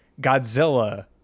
Godzilla